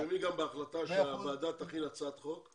נרשום בהחלטה גם שהוועדה תכין הצעת חוק.